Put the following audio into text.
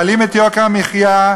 מעלים את יוקר המחיה.